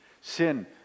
sin